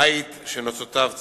עיט שנוצותיו צבועות.